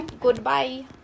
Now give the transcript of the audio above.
Goodbye